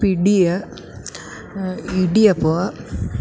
പിടി ഇടിയപ്പം